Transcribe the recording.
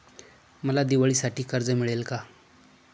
मला दिवाळीसाठी कर्ज मिळेल का?